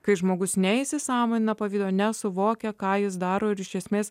kai žmogus neįsisąmonina pavydo nesuvokia ką jis daro ir iš esmės